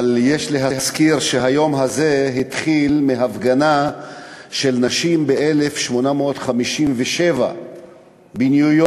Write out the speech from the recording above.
אבל יש להזכיר שהיום הזה התחיל בהפגנה של נשים ב-1857 בניו-יורק,